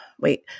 wait